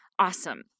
Awesome